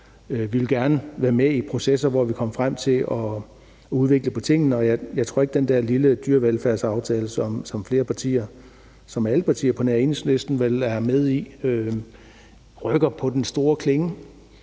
Vi vil gerne være med i processer, hvor vi kom frem til at udvikle på tingene, og jeg tror ikke, den der lille dyrevelfærdsaftale, som alle partier på nær Enhedslisten vel er med i, rykker på den store klinge.